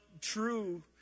true